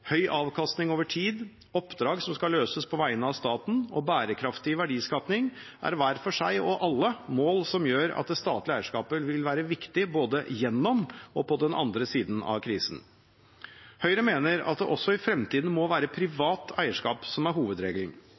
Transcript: høy avkastning over tid, oppdrag som skal løses på vegne av staten, og bærekraftig verdiskaping, er – hver for seg og alle – mål som gjør at det statlige eierskapet vil være viktig, både gjennom og på den andre siden av krisen. Høyre mener at det også i fremtiden må være privat eierskap som er hovedregelen.